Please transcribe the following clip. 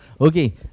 okay